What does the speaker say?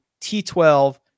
t12